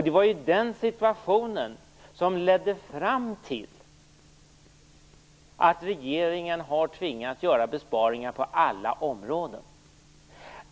Det var också ett sådant agerande som ledde fram till att regeringen har tvingats göra besparingar på alla områden.